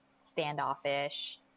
standoffish